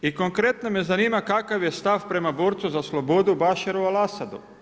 I konkretno me zanima kakav je stav prema borcu za slobodu Bašaru al-Asadu?